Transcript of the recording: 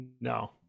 No